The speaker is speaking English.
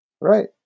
Right